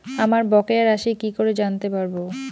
আমার বকেয়া রাশি কি করে জানতে পারবো?